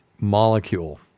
molecule